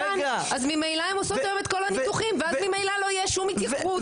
אז ממילא הן עושות היום את כל הניתוחים ואז ממילא לא יהיה שום התייקרות.